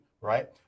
right